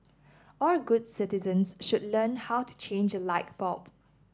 all good citizens should learn how to change light bulb